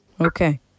Okay